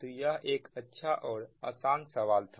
तो यह एक अच्छा और आसान सवाल था